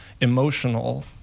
emotional